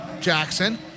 Jackson